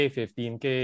15k